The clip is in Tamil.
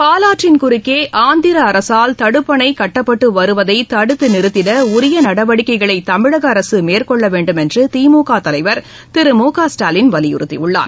பாலாற்றின் குறுக்கே ஆந்திர அரசால் தடுப்பணை கட்டப்பட்டு வருவதை தடுத்து நிறுத்திட உரிய நடவடிக்கைகளை தமிழக அரசு மேற்கொள்ள வேண்டும் என்று திமுக தலைவர் திரு மு க ஸ்டாலின் வலியுறத்தியுள்ளார்